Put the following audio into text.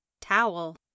Towel